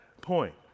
point